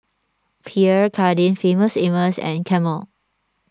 Pierre Cardin Famous Amos and Camel